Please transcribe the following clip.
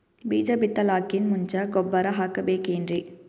ಬೀಜ ಬಿತಲಾಕಿನ್ ಮುಂಚ ಗೊಬ್ಬರ ಹಾಕಬೇಕ್ ಏನ್ರೀ?